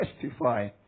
testify